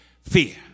fear